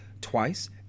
twice